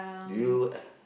do you